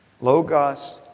Logos